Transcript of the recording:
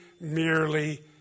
merely